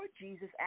Jesus